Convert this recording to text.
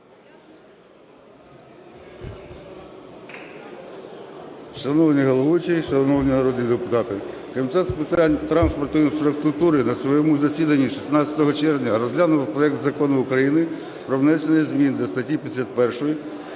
Шановний головуючий, шановні народні депутати! Комітет з питань транспорту та інфраструктури на своєму засіданні 16 червня розглянув проект Закону України про внесення змін до статті 51